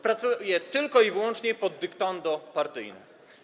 Pracuje tylko i wyłącznie pod dyktando partyjne.